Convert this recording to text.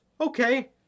Okay